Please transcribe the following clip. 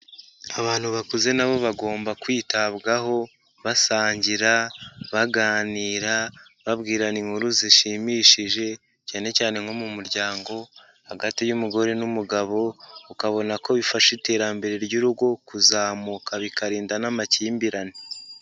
Abantu bakuze nabo bagomba kwitabwaho basangira, baganira babwirana, inkuru zishimishije cyane cyane nko mu muryango hagati y'umugore n'umugabo ukabona ko bifasha iterambere ry'urugo kuzamuka bikarinda n'amakimbirane.